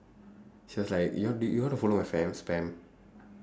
she was like you want to you want to follow my spam spam